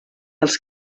els